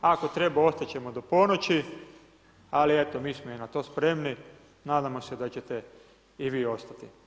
Ako treba ostati ćemo do ponoći ali eto mi smo i na to spremni, nadamo se da ćete i vi ostati.